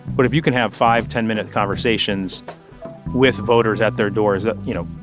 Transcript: but if you can have five, ten minute conversations with voters at their doors ah you know,